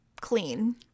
clean